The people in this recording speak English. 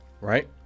right